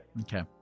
Okay